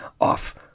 Off